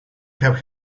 have